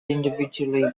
individually